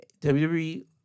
WWE